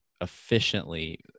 efficiently